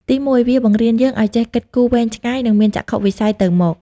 ទីមួយ វាបង្រៀនយើងឲ្យចេះគិតគូរវែងឆ្ងាយ និងមានចក្ខុវិស័យទៅមុខ។